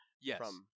Yes